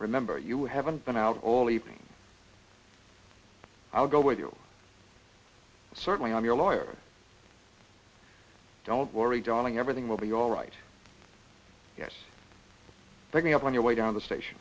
remember you haven't been out all evening i'll go with you certainly i'm your lawyer don't worry darling everything will be all right yes bring up on your way down the station